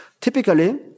Typically